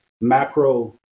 macro